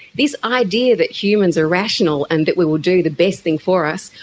this idea that humans are rational and that we will do the best thing for us,